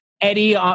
Eddie